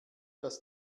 das